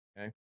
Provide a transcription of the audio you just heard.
okay